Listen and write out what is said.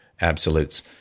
absolutes